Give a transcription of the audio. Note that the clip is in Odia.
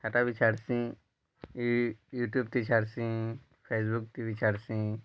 ହେଟା ବି ଛାଡ଼୍ସି ଏଇ ୟୁଟ୍ୟୁବ୍ ତି ଛାଡ଼୍ସି ଫେସବୁକ୍ ତି ବି ଛାଡ଼୍ସି